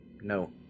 No